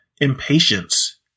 impatience